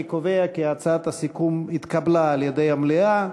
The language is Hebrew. אני קובע כי הצעת הסיכום התקבלה על-ידי המליאה.